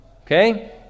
okay